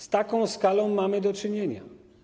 Z taką skalą mamy do czynienia.